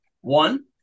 One